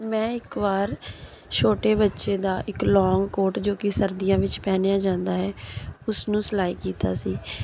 ਮੈਂ ਇੱਕ ਵਾਰ ਛੋਟੇ ਬੱਚੇ ਦਾ ਇੱਕ ਲੋਂਗ ਕੋਟ ਜੋ ਕਿ ਸਰਦੀਆਂ ਵਿੱਚ ਪਹਿਨਿਆ ਜਾਂਦਾ ਹੈ ਉਸਨੂੰ ਸਿਲਾਈ ਕੀਤਾ ਸੀ